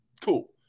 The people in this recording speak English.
cool